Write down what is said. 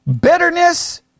Bitterness